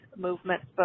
movements